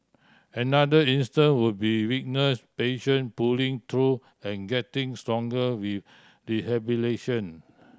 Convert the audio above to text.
another instance would be witness patient pulling through and getting stronger with rehabilitation